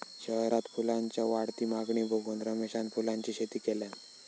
शहरात फुलांच्या वाढती मागणी बघून रमेशान फुलांची शेती केल्यान